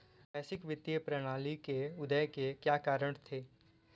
वैश्विक वित्तीय प्रणाली के उदय के क्या कारण थे?